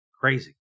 Crazy